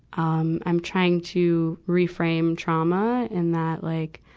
um, i'm trying to reframe trauma, in that like,